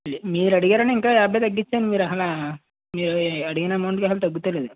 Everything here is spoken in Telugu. మీరు అడిగారు అని ఇంకా యాభై తగ్గించాను మీరు అలా మీరు అడిగిన అమౌంట్కి అసలు తగ్గుత లేదు